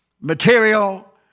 material